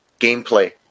gameplay